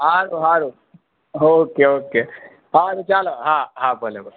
સારું સારું okay okay સારું ચાલો હા હા ભલે ભલે